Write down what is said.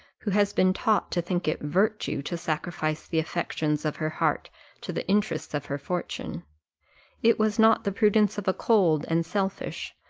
who has been taught to think it virtue to sacrifice the affections of her heart to the interests of her fortune it was not the prudence of a cold and selfish,